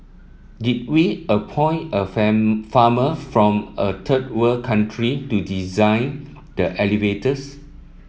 did we appoint a farmer from a third world country to design the elevators